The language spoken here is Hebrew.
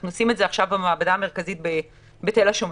אנחנו עושים את זה עכשיו במעבדה המרכזית בתל השומר.